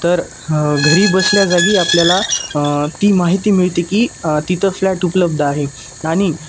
तर घरी बसल्या जागी आपल्याला ती माहिती मिळते की तिथं फ्लॅट उपलब्ध आहे आणि